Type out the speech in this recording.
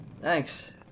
Thanks